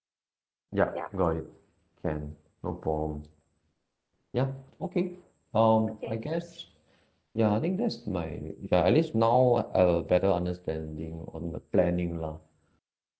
yup go ahead can no problem yeah okay um I guess ya I think that's my ya at least now I have a better understanding on the planning lah